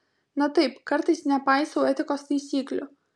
na taip kartais nepaisau etikos taisyklių